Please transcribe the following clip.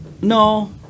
No